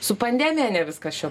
su pandemija ne viskas čia